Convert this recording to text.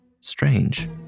Strange